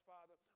Father